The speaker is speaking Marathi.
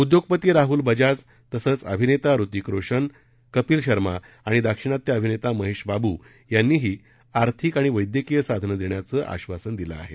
उद्योगपती राहुल बजाज तसच अभिनेता ऋतिक रोशन कपिल शर्मा आणि दाक्षिणात्य अभिनेता महेश बाबू यांनीही आर्थिक आणि वैद्यकीय साधन देण्याचं आश्वासन दिलं आहे